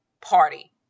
party